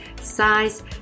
size